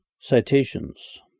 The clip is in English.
Citations